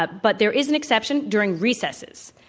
but but there is an exception during recesses.